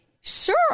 sure